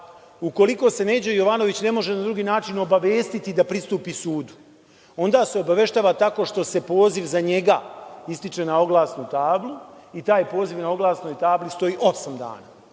ukoliko se Neđo Jovanović ne može na drugi način obavestiti da pristupi sudu, onda se obaveštava tako što se poziv za njega ističe na oglasnoj tabli i taj poziv na oglasnoj tabli stoji osam dana.